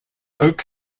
oak